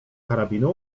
karabinu